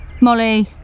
Molly